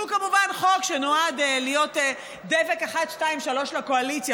שהוא כמובן חוק שנועד להיות דבק אחת-שתיים-שלוש לקואליציה.